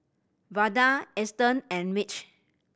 Vada Eston and Mitch